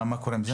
מה קורה עם זה?